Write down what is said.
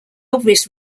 obvious